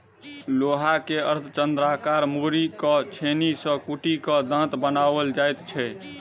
लोहा के अर्धचन्द्राकार मोड़ि क छेनी सॅ कुटि क दाँत बनाओल जाइत छै